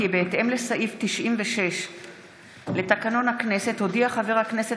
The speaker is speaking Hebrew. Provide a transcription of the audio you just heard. כי בהתאם לסעיף 96 לתקנון הכנסת הודיע חבר הכנסת